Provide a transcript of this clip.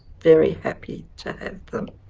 very happy to have them.